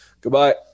Goodbye